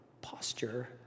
posture